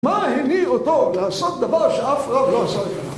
מה הביא אותו לעשות דבר שאף רב לא עשה לפני